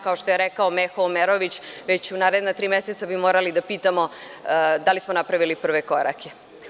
Kao što je rekao Meho Omerović, već u naredna tri meseca bi morali da pitamo da li smo napravili prve korake.